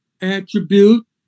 attribute